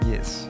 Yes